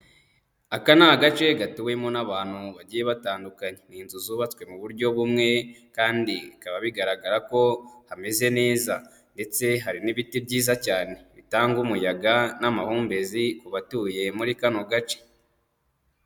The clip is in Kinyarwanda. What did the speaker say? Aka ni agace gatuwemo n'abantu bagiye batandukanye. Ni inzu zubatswe mu buryo bumwe, kandi bikaba bigaragara ko hameze neza, ndetse hari n'ibiti byiza cyane, bitanga umuyaga n'amahumbezi ku batuye muri kano gace.